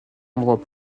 endroits